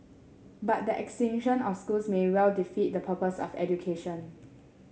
but the extinction of schools may well defeat the purpose of education